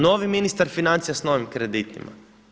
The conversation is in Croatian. Novi ministar financija s novim kreditima.